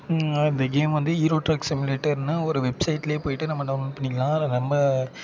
அந்த கேம் வந்து hero truck சிமிலேட்டருன்னு ஒரு வெப்சைட்டிலயே போயிட்டு நம்ம டவுன்லோட் பண்ணிக்கலாம் அதில் ரொம்ப